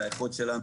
היכולת שלנו